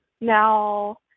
now